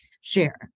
share